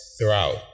throughout